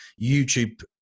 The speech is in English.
YouTube